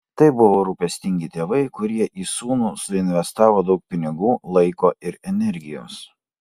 tai buvo rūpestingi tėvai kurie į sūnų suinvestavo daug pinigų laiko ir energijos